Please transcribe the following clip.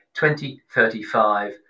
2035